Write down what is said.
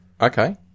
Okay